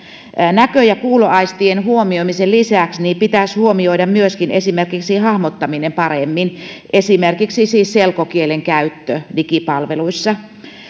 näkö ja kuuloaistien huomioimisen lisäksi pitäisi huomioida myöskin esimerkiksi hahmottaminen paremmin esimerkiksi siis selkokielen käyttö digipalveluissa